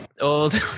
old